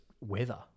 weather